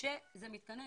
כשזה מתכנס